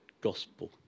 gospel